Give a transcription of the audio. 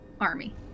army